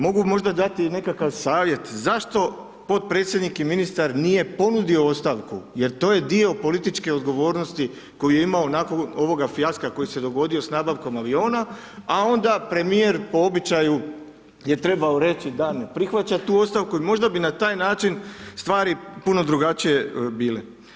Mogu možda dati nekakav savjet zašto potpredsjednik i ministar nije ponudio ostavku jer to je dio političke odgovornosti koju je imao nakon ovoga fijaska koji se dogodio s nabavkom aviona, a onda premijer po običaju je trebao reći da ne prihvaća tu ostavku i možda bi na taj način stvari puno drugačije bile.